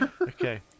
Okay